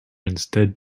instead